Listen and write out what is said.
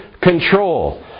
control